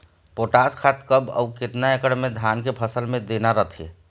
Potash खाद कब अऊ केतना एकड़ मे धान के फसल मे देना रथे?